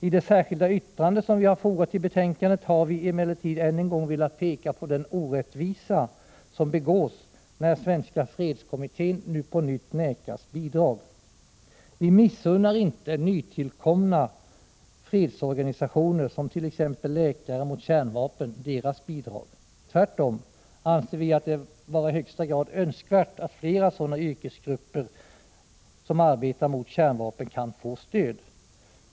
I det särskilda yttrande som vi har fogat till betänkandet har vi emellertid än en gång velat peka på den orättvisa som begås när Svenska fredskommittén nu på nytt vägras bidrag. Vi missunnar inte nytillkomna fredsorganisationer, t.ex. Läkare mot kärnvapen, deras bidrag. Tvärtom anser vi det vara i högsta grad önskvärt att flera sådana yrkesgrupper som arbetar mot kärnvapen kan få stöd.